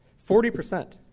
forty percent.